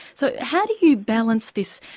so how do you balance this,